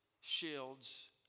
shields